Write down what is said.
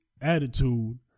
attitude